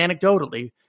anecdotally